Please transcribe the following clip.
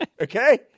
Okay